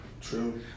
True